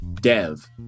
Dev